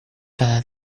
cada